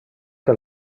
que